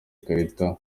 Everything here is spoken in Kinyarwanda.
ikarita